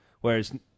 Whereas